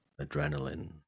adrenaline